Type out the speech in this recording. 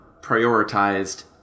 prioritized